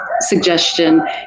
suggestion